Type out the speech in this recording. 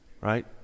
right